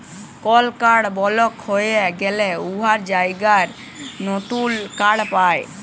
call কাড় বলক হঁয়ে গ্যালে উয়ার জায়গায় লতুল কাড় পায়